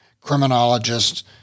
criminologists